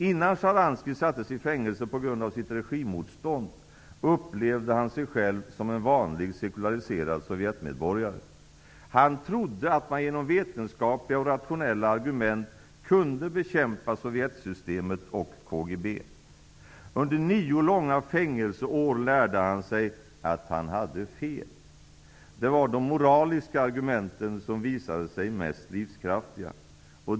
Innan Sharansky sattes i fängelse på grund av sitt regimmotstånd, upplevde han sig själv som en ''vanlig'', sekulariserad sovjetmedborgare. Han trodde att man genom vetenskapliga och rationella argument kunde bekämpa sovjetsystemet och KGB. Under nio långa fängelseår lärde han sig att han hade fel. Det var de moraliska argumenten som visade sig mest livskraftiga.